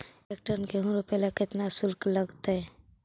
एक टन गेहूं रोपेला केतना शुल्क लगतई?